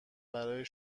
برای